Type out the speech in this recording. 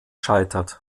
scheitert